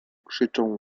krzyczą